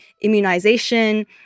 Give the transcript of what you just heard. immunization